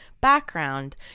background